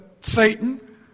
Satan